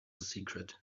secret